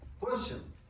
Question